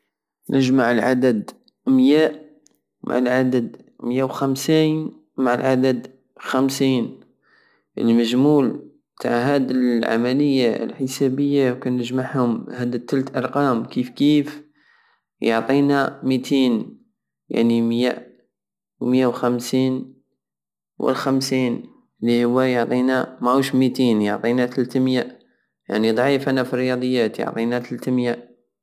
نجمع العدد ميا مع العدد ميا وخمسين مع العدد خمسين المجمول تع هدا العملية الحسابية كن نجمعهم هاد التلت أرقام كيفكيف يعطينا ميتين يعني ميا ميا وخمسين والخمسين وهو يعطينا ماهوش ميتين يعطينا تلات ميا يعني ضعيف انا فالرياضيات يعطينا تلاتة ميا